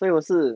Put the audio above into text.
所以我是